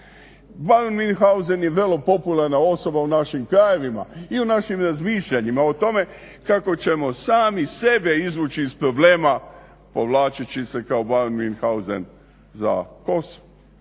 razumije./… je vrlo popularna osoba u našim krajevima i u našim razmišljanjima, o tome kako ćemo sami sebe izvući iz problema povlačeći se kao …/Govornik se ne